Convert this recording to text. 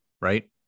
right